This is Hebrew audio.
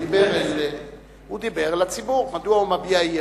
הוא דיבר אל הציבור, מדוע הוא מביע אי-אמון.